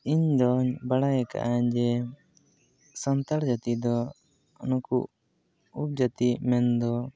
ᱤᱧᱫᱚᱧ ᱵᱟᱲᱟᱭ ᱟᱠᱟᱫᱼᱟ ᱡᱮ ᱥᱟᱱᱛᱟᱲ ᱡᱟᱹᱛᱤ ᱫᱚ ᱱᱩᱠᱩ ᱩᱯᱚᱡᱟᱹᱛᱤ ᱢᱮᱱᱫᱚ